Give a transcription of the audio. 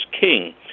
king